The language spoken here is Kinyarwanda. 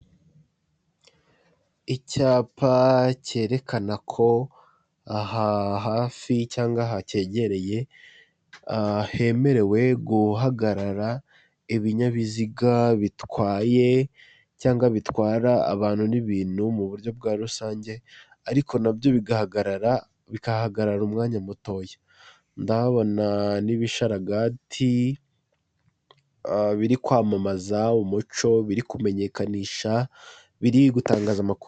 Icyapa cyerekana ko aha hafi cyangwa aha cyegereye hemerewe guhagarara ibinyabiziga bitwaye cyangwa bitwara abantu n'ibintu mu buryo bwa rusange, ariko na byo bigahagarara, bikahahagarara umwanya mutoya. Ndahabona n'ibisharagati biri kwamamaza umuco, biri kumenyekanisha, biri gutangaza amakuru.